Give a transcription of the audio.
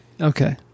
okay